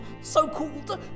so-called